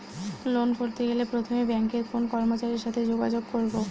Loan করতে গেলে প্রথমে ব্যাঙ্কের কোন কর্মচারীর সাথে যোগাযোগ করব?